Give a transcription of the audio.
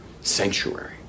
sanctuary